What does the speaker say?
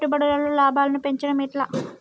పెట్టుబడులలో లాభాలను పెంచడం ఎట్లా?